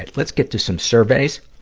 let's get to some surveys.